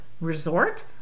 resort